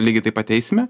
lygiai taip pat eisme